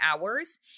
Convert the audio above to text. hours